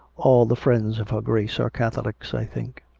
all the friends of her grace are catholics, i think.